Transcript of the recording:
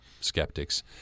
skeptics